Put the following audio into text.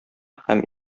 һәм